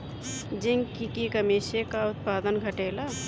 Zinc की कमी से का उत्पादन घटेला?